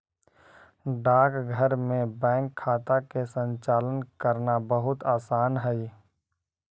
डाकघर में बैंक खाता के संचालन करना बहुत आसान हइ